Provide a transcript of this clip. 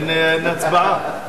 אין הצבעה.